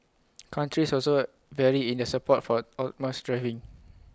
countries also vary in their support for autonomous driving